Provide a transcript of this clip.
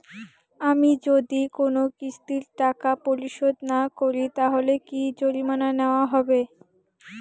আমি যদি কোন কিস্তির টাকা পরিশোধ না করি তাহলে কি জরিমানা নেওয়া হবে?